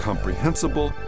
Comprehensible